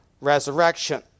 resurrection